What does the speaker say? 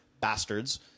bastards